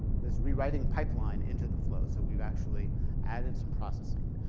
this rewriting pipeline into the flow. so we've actually added some processing.